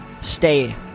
stay